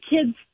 kids